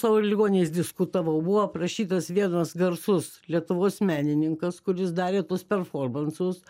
savo ligoniniais diskutavau buvo aprašytas vienas garsus lietuvos menininkas kuris darė tuos performansus